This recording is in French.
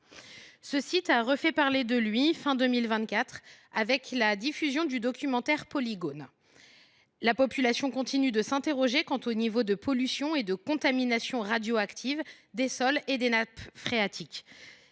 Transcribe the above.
Ce site a refait parler de lui à la fin de 2024, avec la diffusion du documentaire intitulé. La population continue de s’interroger quant aux niveaux de pollution et de contamination radioactives des sols et des nappes phréatiques.